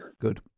Good